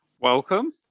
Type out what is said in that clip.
Welcome